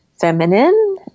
feminine